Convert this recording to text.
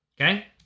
Okay